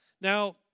Now